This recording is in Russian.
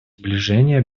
сближение